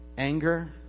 Anger